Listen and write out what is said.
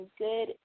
good